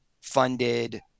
funded